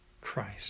Christ